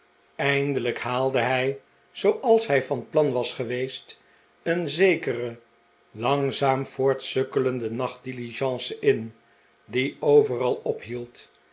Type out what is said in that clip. eindelijk haalde hij zooals hij van plan was geweest een zekere langzaam voortsukkelende nachtdiligence in die overal ophield